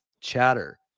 chatter